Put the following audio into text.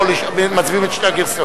או מצביעים על שתי הגרסאות?